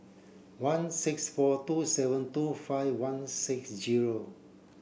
one six four two seven two five one six zero